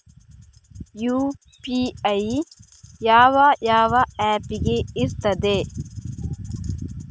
UPI ಯಾವ ಯಾವ app ಗೆ ಇರ್ತದೆ?